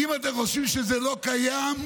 אם אתם חושבים שזה לא קיים,